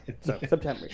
September